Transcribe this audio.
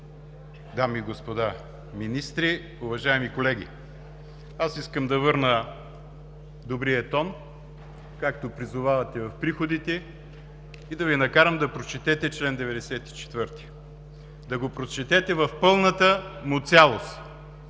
дами и господа министри, уважаеми колеги! Аз искам да върна добрия тон, както призовавате в приходите, и да Ви накарам да прочетете чл. 94. Да го прочетете в пълната му цялост.